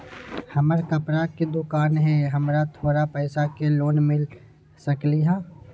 हमर कपड़ा के दुकान है हमरा थोड़ा पैसा के लोन मिल सकलई ह?